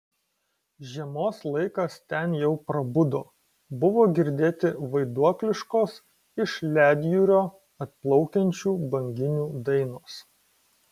žiemos laikas ten jau prabudo buvo girdėti vaiduokliškos iš ledjūrio atplaukiančių banginių dainos